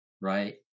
right